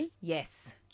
Yes